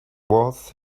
was